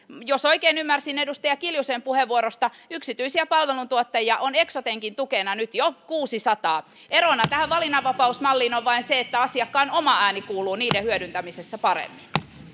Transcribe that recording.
jos oikein ymmärsin edustaja kiljusen puheenvuorosta yksityisiä palveluntuottajia on eksotenkin tukena nyt jo kuudentenasadantena erona tähän valinnanvapausmalliin on vain se että asiakkaan oma ääni kuuluu niiden hyödyntämisessä paremmin